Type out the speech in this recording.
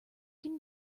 can